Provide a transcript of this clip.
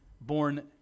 born